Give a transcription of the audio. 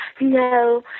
No